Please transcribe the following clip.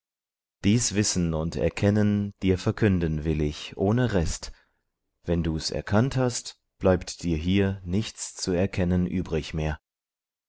dies wissen und erkennen dir verkünden will ich ohne rest wenn du's erkannt hast bleibt dir hier nichts zu erkennen übrig mehr